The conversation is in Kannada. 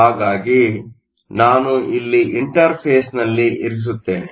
ಹಾಗಾಗಿ ನಾನು ಇಲ್ಲಿ ಇಂಟರ್ಫೇಸ್ನಲ್ಲಿ ಇರಿಸುತ್ತೇನೆ